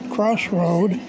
Crossroad